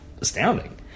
astounding